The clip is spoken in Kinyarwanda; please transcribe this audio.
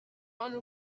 hano